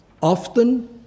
often